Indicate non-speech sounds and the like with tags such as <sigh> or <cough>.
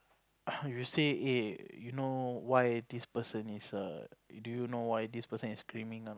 <noise> you say eh you know why this person is err do you know why this person is screaming now